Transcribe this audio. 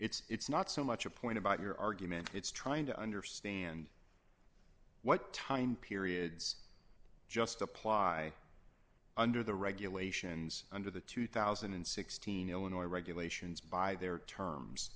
it's it's not so much a point about your argument it's trying to understand what time periods just apply under the regulations under the two thousand and sixteen illinois regulations by their terms